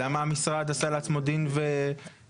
בכל מקרה זה מאוד חשוב.